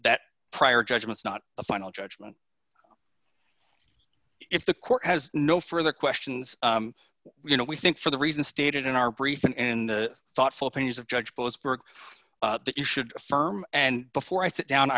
that prior judgments not a final judgment if the court has no further questions you know we think for the reasons stated in our brief and in the thoughtful opinion of judge posner work that you should firm and before i sit down